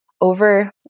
over